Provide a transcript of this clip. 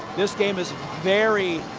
this game is very,